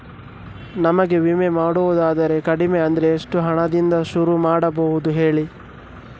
ನಮಗೆ ವಿಮೆ ಮಾಡೋದಾದ್ರೆ ಕಡಿಮೆ ಅಂದ್ರೆ ಎಷ್ಟು ಹಣದಿಂದ ಶುರು ಮಾಡಬಹುದು ಹೇಳಿ